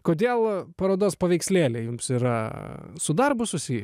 kodėl parodos paveikslėliai jums yra su darbu susiję